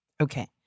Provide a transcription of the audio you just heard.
Okay